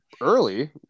early